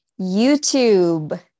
YouTube